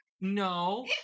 no